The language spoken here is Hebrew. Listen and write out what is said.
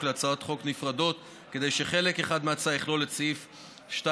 להצעות חוק נפרדות כדי שחלק אחד מההצעה יכלול את סעיף 2(1)